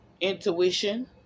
Intuition